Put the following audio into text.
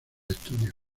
estudio